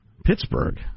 pittsburgh